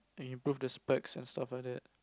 to improve the specs and stuff like that